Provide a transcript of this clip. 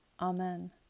Amen